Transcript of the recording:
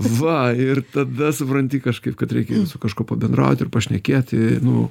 va ir tada supranti kažkaip kad reikia ir su kažkuo pabendraut ir pašnekėti nu